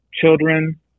children